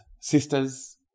sisters